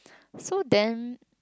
so then